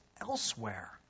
elsewhere